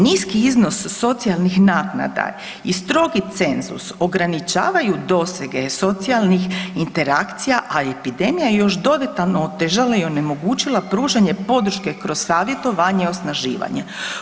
Niski iznos socijalnih naknada i strogi cenzus ograničavaju dosege socijalnih interakcija, a epidemija je još dodatno otežala i onemogućila pružanje podrške kroz savjetovanje i osnaživanje.